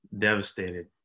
devastated